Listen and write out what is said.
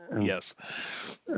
Yes